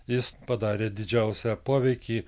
jis padarė didžiausią poveikį